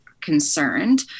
concerned